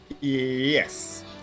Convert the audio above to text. Yes